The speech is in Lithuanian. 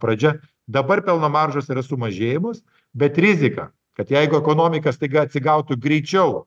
pradžia dabar pelno maržos yra sumažėjimas bet rizika kad jeigu ekonomika staiga atsigautų greičiau